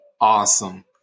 awesome